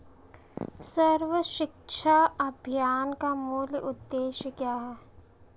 सर्व शिक्षा अभियान का मूल उद्देश्य क्या है?